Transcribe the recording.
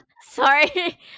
sorry